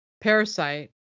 Parasite